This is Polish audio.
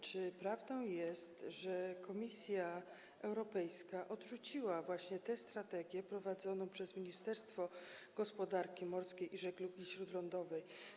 Czy prawdą jest, że Komisja Europejska odrzuciła właśnie tę strategię prowadzoną przez Ministerstwo Gospodarki Morskiej i Żeglugi Śródlądowej?